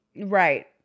Right